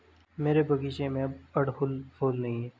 मेरे बगीचे में अब अड़हुल फूल नहीं हैं